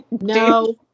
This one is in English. No